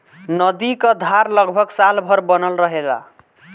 नदी क धार लगभग साल भर बनल रहेला